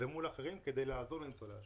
ומול אחרים כדי לעזור לניצולי השואה.